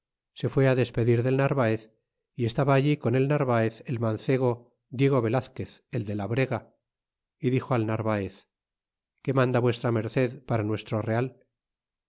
se fue á despedir del narvaez y estaba allí con el narvaez el mancebo diego velazquez el de la brega y dixo al narvaez qué manda v md para nuestro real